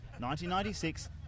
1996